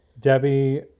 Debbie